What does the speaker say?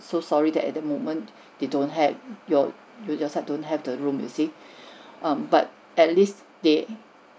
so sorry that at the moment they don't have your your side don't have the room you see um but at least they